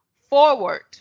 forward